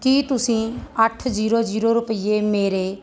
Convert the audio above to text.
ਕੀ ਤੁਸੀਂਂ ਅੱਠ zero zero ਰੁਪਏ ਮੇਰੇ